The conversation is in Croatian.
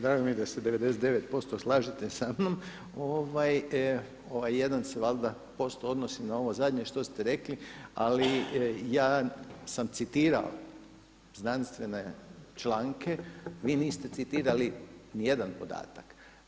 Drago mi je da se 99% slažete sa mnom, ovaj 1% se valjda odnosi na ovo zadnje što ste rekli, ali ja sam citirao znanstvene članke, vi niste citirali nijedan podatak.